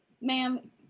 Ma'am